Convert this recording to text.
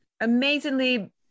amazingly